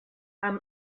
amb